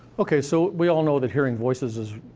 okay, so we all know that hearing voices is.